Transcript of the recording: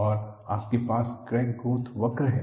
और आपके पास क्रैक ग्रोथ कर्व है